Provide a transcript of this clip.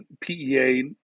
PEA